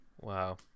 wow